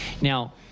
Now